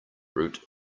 root